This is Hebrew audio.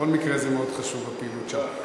בכל מקרה זה מאוד חשוב, הפעילות שלך.